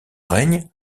règne